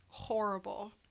horrible